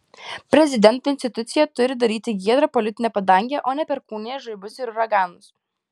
prezidento institucija turi daryti giedrą politinę padangę o ne perkūnijas žaibus ir uraganus